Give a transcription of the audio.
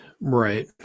Right